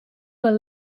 were